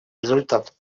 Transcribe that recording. результат